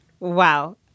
Wow